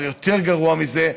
אבל יותר גרוע מזה,